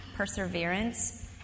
perseverance